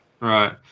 right